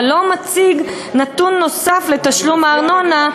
אבל לא מציג נתון נוסף שמצטרף לתשלום הארנונה,